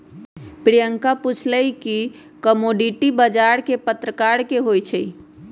प्रियंका पूछलई कि कमोडीटी बजार कै परकार के होई छई?